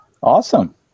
Awesome